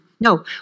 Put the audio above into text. No